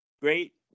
Great